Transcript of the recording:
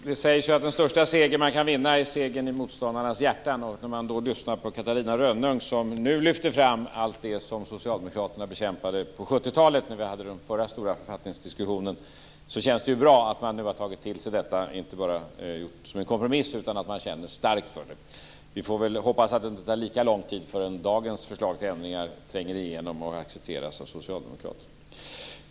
Fru talman! Det sägs att den största seger man kan vinna är segern i motståndarnas hjärtan. Då man lyssnar på Catarina Rönnung, som nu lyfter fram allt det som socialdemokraterna bekämpade på 70-talet när vi hade den förra stora författningsdiskussionen, känns det bra att de tagit till sig detta, inte bara gjort det som en kompromiss utan känner starkt för det. Vi får väl hoppas att det inte tar lika lång tid innan dagens förslag till ändringar tränger igenom och accepteras av socialdemokraterna.